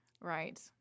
Right